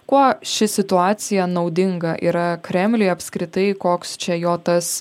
kuo ši situacija naudinga yra kremliui apskritai koks čia jo tas